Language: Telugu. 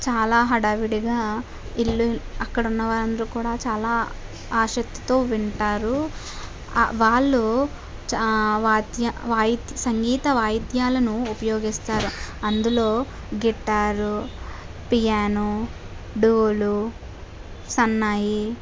చాలా హడావిడిగా ఇల్లు అక్కడ ఉన్న వారందరు కూడా చాలా ఆశక్తితో వింటారు వాళ్ళు వాధ్య వాయిద్య సంగీత వాయిద్యాలను ఉపయోగిస్తారు అందులో గిటారు పియానో డోలు సన్నాయి